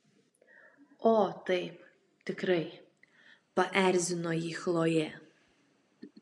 o taip tikrai paerzino jį chlojė